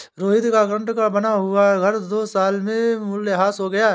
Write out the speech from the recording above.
रोहित का कंक्रीट का बना हुआ घर दो साल में मूल्यह्रास हो गया